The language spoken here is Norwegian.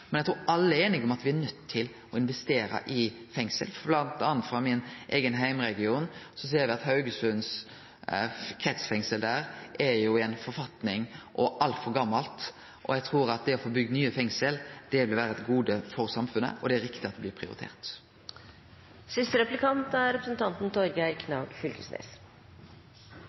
Men eg trur alle er einige om at me er nøydde til å investere i fengsel, bl.a. i min eigen heimregion, der eg ser at Haugesund kretsfengsel er altfor gammalt. Så eg trur at det å få bygd nye fengsel vil vere til gode for samfunnet, og det er riktig at det blir